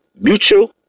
mutual